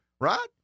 right